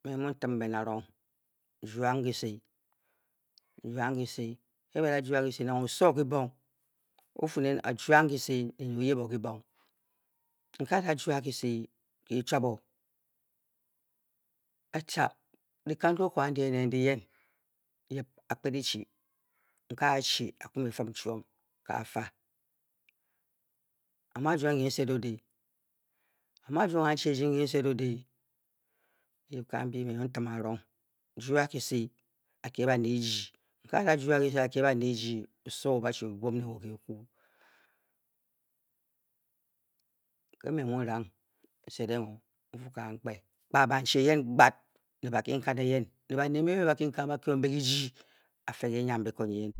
Mme mmu n-tim ben arong juang kise juang kise ke ba da jua kise nang oso kibing o-fuu nen ke wo a jua kise ne nyi o-yib o kubong nke a da jua kise kii chuap o a tca dikan kokoa andi ene ndi yen yib a kped e-chi ke a-chi a-kwu me e-fim chwom ka faa a mu a jwong nki n sed o de? a mu a jwong a a nchie eji nki nsed a de? yip kambi mme mmu n-tim arong jua kise a-kye baned ejiji ke a da jua kise a-kye baned ejyi oso o ba chi o buom ne wo ke kwu nke mme m muu n-rang n-sed eng o n-fuu kangbe kpaa banchie eyen gbaad ne bankinkan eyen nne baned mbe mbe e bakinkan ba kye mbe ki jii a-fe ke enyiam biko nyi yen